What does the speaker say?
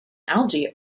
algae